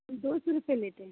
दो सौ रुपये में दें